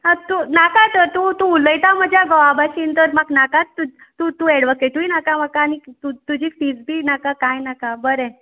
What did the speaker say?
आं तूं नाका तर तूं उलयता म्हाजे घोवा भाशीन म्हाका नाकाच तुज तूं तूं एडवोकेटय नाका म्हाका आनी तूं तुजी फिज बी नाका कांय नाका बरें